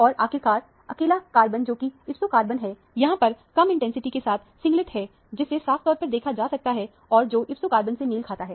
और आखिरकार अकेला कार्बन जोकि ipso कार्बन है यहां पर कम इंटेंसिटी के साथ सिंगलेट है जिसे साफ तौर पर देखा जा सकता है और जो ipso कार्बन से मेल खाता है